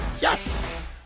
yes